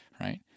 right